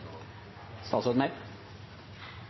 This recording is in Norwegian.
statsråd